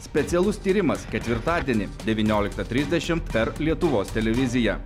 specialus tyrimas ketvirtadienį devynioliktą trisdešimt per lietuvos televiziją